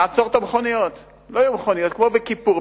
נעצור את המכוניות, לא יהיו מכוניות, כמו בכיפור.